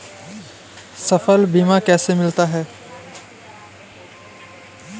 फसल बीमा कैसे मिलता है?